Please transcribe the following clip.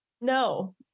No